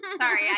Sorry